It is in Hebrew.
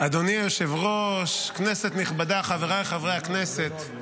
אדוני היושב-ראש, כנסת נכבדה, חבריי חברי הכנסת,